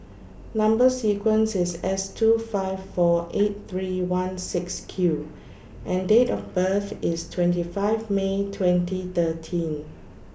Number sequence IS S two five four eight three one six Q and Date of birth IS twenty five May twenty thirteen